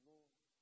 Lord